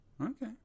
Okay